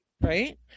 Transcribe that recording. Right